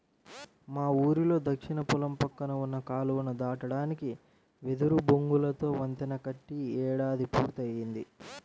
మా ఊరిలో దక్షిణ పొలం పక్కన ఉన్న కాలువ దాటడానికి వెదురు బొంగులతో వంతెన కట్టి ఏడాది పూర్తయ్యింది